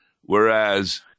Whereas